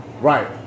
Right